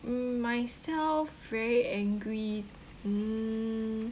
mm myself very angry mm